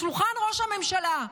לשולחן ראש הממשלה,